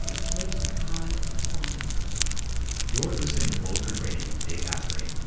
ah state of high performance you're listening to bulletproof radio with dave asprey.